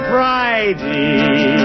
Friday